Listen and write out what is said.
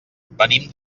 venim